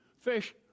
fish